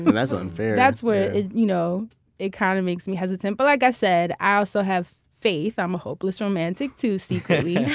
but that's unfair that's where you know it kind of makes me hesitant. but like i said, i also have faith. i'm a hopeless romantic secretly. yeah